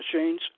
machines